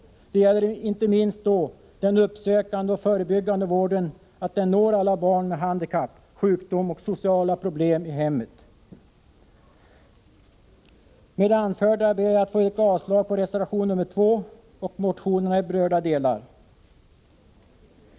Det gäller inte minst då att den uppsökande och förebyggande vården når alla barn med handikapp, sjukdom och sociala problem i hemmet. Med det anförda ber jag att få yrka avslag på reservation nr 2 och motionerna i berörda delar.